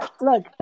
Look